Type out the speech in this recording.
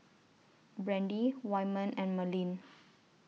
Brandie Wyman and Merlene